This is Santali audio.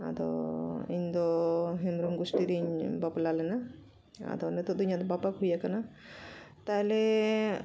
ᱟᱫᱚ ᱤᱧ ᱫᱚ ᱦᱮᱢᱵᱨᱚᱢ ᱜᱳᱥᱴᱤ ᱨᱤᱧ ᱵᱟᱯᱞᱟ ᱞᱮᱱᱟ ᱟᱫᱚ ᱱᱤᱛᱚᱜ ᱫᱚ ᱤᱧᱟᱹᱜ ᱵᱟᱯᱞᱟ ᱦᱩᱭ ᱟᱠᱟᱱᱟ ᱛᱟᱦᱚᱞᱮ